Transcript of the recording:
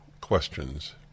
questions